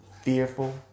fearful